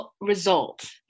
result